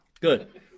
good